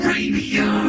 Radio